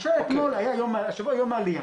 למשל השבוע היה יום העלייה,